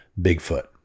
Bigfoot